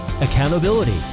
accountability